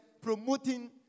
promoting